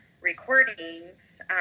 recordings